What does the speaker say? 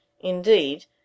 Indeed